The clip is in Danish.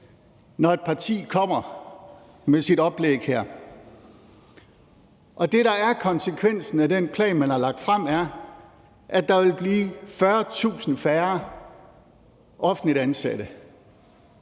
når hans parti kommer med sit oplæg her. Og det, der er konsekvensen af den plan, man har lagt frem, er, at der vil blive 40.000 færre offentligt ansatte.